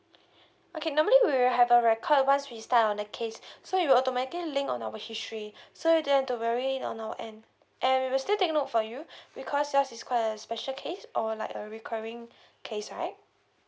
okay normally we will have a record once we start on the case so it will automatically link on our history so you don't have to worry on our end and we will still take note for you because yours is quite a special case or like a recurring case right